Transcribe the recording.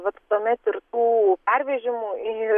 vat tuomet ir tų pervežimu į